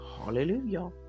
Hallelujah